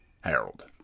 Harold